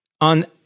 on